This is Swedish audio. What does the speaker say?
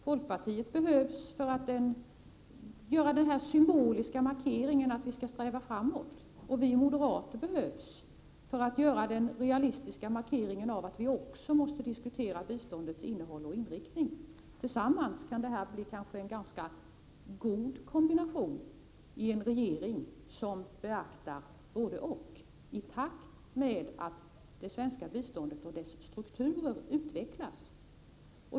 Folkpartiet behövs för att göra den symboliska markeringen att vi skall sträva framåt, och vi moderater behövs för att göra den realistiska markeringen av att vi också måste diskutera biståndets innehåll och inriktning. Kanske blir vi tillsammans en god kombination i en regering som beaktar både-och i takt med att det svenska biståndet och dess strukturer utvecklas.